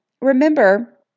remember